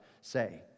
say